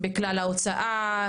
בכלל ההוצאה,